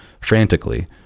Frantically